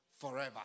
forever